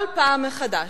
כל פעם מחדש,